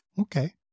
Okay